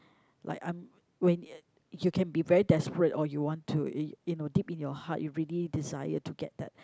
like I'm when y~ you can be very desperate or you want to y~ you know deep in your heart you really desire to get that